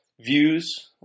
views